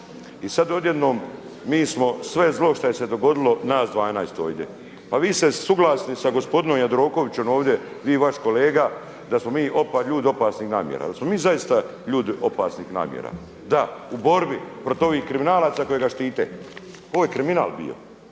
I sad odjednom mi smo sve zlo šta je se dogodilo nas 12 ovdje. Pa vi ste suglasni sa gospodinom Jandrokovićem ovdje, vi i vaš kolega da smo mi ljudi opasnih namjera. Da li smo mi zaista ljudi opasnih namjera? Da u borbi protiv ovih kriminalaca koji ga štite. Ovo je kriminal bio.